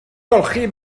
golchi